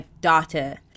data